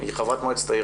אני חברת מועצת העיר